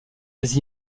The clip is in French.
des